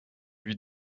lui